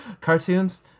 Cartoons